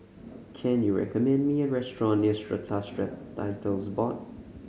can you recommend me a restaurant near Strata Titles Board